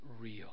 real